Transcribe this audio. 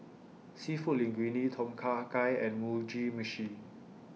Seafood Linguine Tom Kha Gai and Mugi Meshi